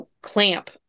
clamp